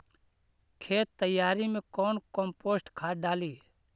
खेत तैयारी मे कौन कम्पोस्ट खाद डाली?